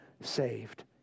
saved